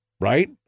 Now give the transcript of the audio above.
Right